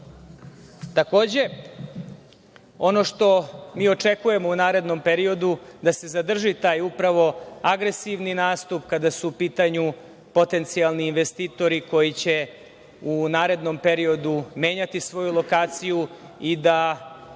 Evropi. Ono što očekujemo u narednom periodu jeste da se zadrži taj agresivni nastup kada su u pitanju potencijalni investitori koji će u narednom periodu menjati svoju lokaciju i da